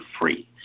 free